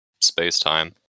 space-time